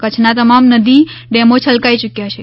કચ્છના તમામ નદી ડેમો છલકાઈ યુક્યા છે